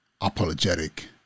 apologetic